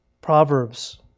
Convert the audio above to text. Proverbs